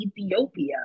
Ethiopia